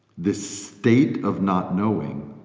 this state of not-knowing.